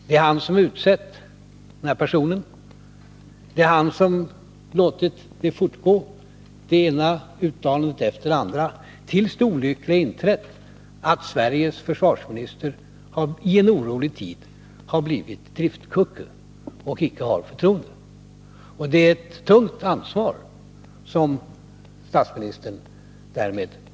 Det är han som har utsett denna person och som låtit det hela fortgå, det ena uttalandet efter det andra, tills det olyckliga inträffat att Sveriges försvarsminister i en orolig tid har blivit en driftkucku och inte har något förtroende.